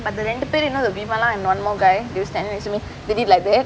but the ரெண்டு பேரும்:rendu perum one more guy they were standing next to me they did like that